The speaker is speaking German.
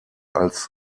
als